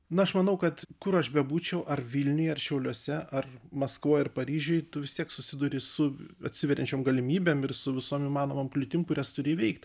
na aš manau kad kur aš bebūčiau ar vilniuje ar šiauliuose ar maskvoj paryžiuj tu vis tiek susiduri su atsiveriančiom galimybėm ir su visom įmanomom kliūtim kurias turi įveikt